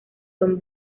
son